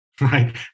right